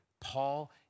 Paul